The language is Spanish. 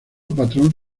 patrón